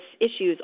issues